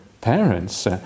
parents